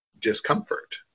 discomfort